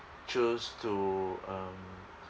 choose to um